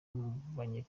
mubanye